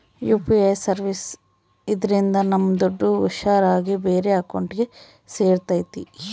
UPI services ಇದ್ರಿಂದ ನಮ್ ದುಡ್ಡು ಹುಷಾರ್ ಆಗಿ ಬೇರೆ ಅಕೌಂಟ್ಗೆ ಸೇರ್ತೈತಿ